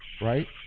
Right